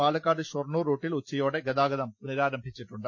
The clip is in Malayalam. പാലക്കാട് ഷോർണൂർ റൂട്ടിൽ ഉച്ചയോടെ ഗതാഗതം പുനരാരംഭിച്ചിട്ടുണ്ട്